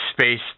space